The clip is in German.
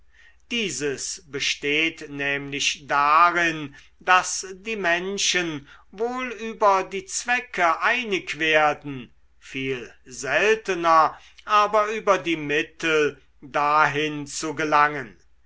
dieses besteht nämlich darin daß die menschen wohl über die zwecke einig werden viel seltener aber über die mittel dahin zu gelangen